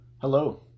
hello